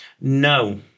No